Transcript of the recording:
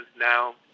now